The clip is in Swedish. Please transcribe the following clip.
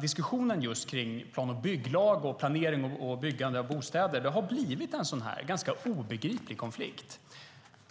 Diskussionen kring just plan och bygglagen och planering och byggande av bostäder har blivit en ganska obegriplig konflikt.